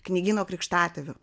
knygyno krikštatėviu